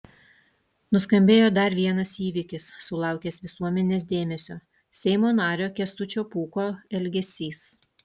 nuskambėjo dar vienas įvykis sulaukęs visuomenės dėmesio seimo nario kęstučio pūko elgesys